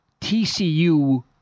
TCU